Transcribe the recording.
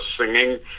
singing